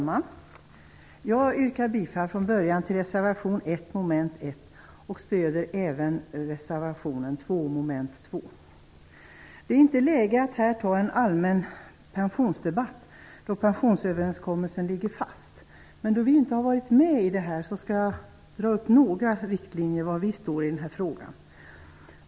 Herr talman! Jag yrkar bifall till reservation 1, mom. 1, och stöder även reservation 2, mom. 2. Det är inte läge att här föra en allmän pensionsdebatt, då pensionsöverenskommelsen ligger fast. Men då vi inte deltagit i överenskommelsen vill jag ange några riktlinjer om var vi står i denna fråga.